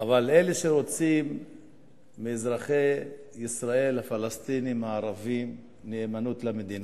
אבל אלה שרוצים מאזרחי ישראל הפלסטינים הערבים נאמנות למדינה,